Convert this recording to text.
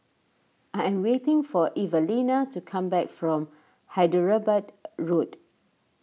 I am waiting for Evalena to come back from Hyderabad Road